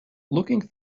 looking